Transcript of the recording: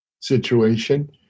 situation